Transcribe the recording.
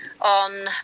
on